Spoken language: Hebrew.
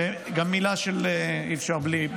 אי-אפשר בלי,